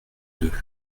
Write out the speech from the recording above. deux